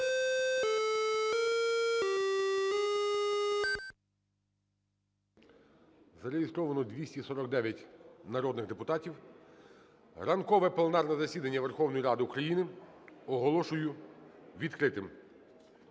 Зареєстровано 249 народних депутатів. Ранкове пленарне засідання Верховної Ради України оголошую відкритим.